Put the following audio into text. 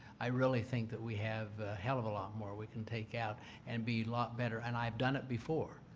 i really think that we have a hell of a lot more we can take out and be a lot better and i've done it before.